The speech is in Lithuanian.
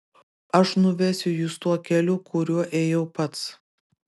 aš nuvesiu jus tuo keliu kuriuo ėjau pats